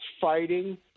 fighting